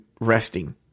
resting